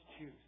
choose